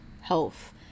health